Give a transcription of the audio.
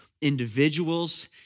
individuals